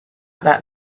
that